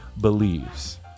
believes